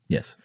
Yes